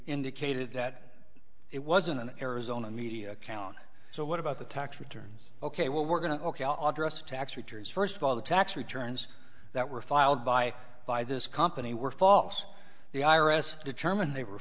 indicated that it wasn't an arizona media account so what about the tax returns ok well we're going to ok i'll address tax returns first of all the tax returns that were filed by by this company were false the i r s determined they were